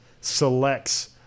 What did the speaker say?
selects